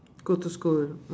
go to school